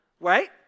right